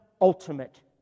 ultimate